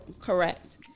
Correct